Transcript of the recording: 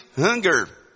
hunger